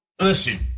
Listen